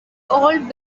old